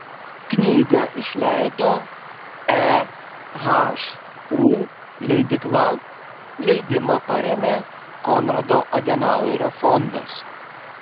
knygą išleido ehu leidykla leidimą parėmė konrado adenauerio fondas